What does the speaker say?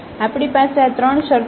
તેથી આપણી પાસે આ ત્રણ શરતો છે